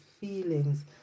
feelings